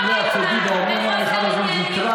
מה זה קשור?